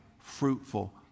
fruitful